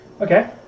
Okay